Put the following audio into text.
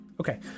Okay